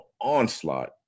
onslaught